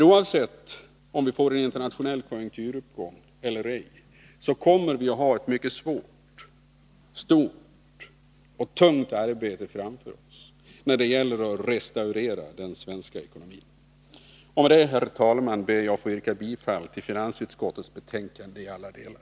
Oavsett om vi får en internationell konjunkturuppgång eller ej kommer vi att ha ett mycket svårt, stort och tungt arbete framför oss när det gäller att restaurera den svenska ekonomin. Med det, fru talman, ber jag få yrka bifall till finansutskottets hemställan i alla delar.